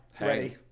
Ready